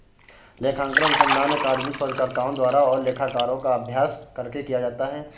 लेखांकन अनुसंधान अकादमिक शोधकर्ताओं द्वारा और लेखाकारों का अभ्यास करके किया जाता है